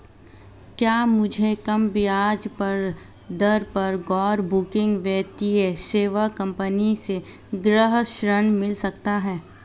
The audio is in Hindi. क्या मुझे कम ब्याज दर पर गैर बैंकिंग वित्तीय सेवा कंपनी से गृह ऋण मिल सकता है?